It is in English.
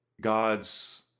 god's